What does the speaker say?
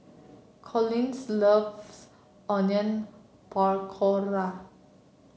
Collins loves Onion Pakora